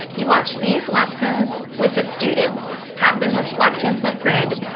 you watch these lessons with the students, have them reflect in flipgrid,